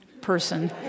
person